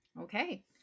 okay